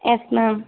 yes ma'am